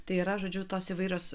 tai yra žodžiu tos įvairios